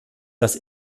dass